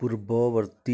ପୂର୍ବବର୍ତ୍ତୀ